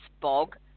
bog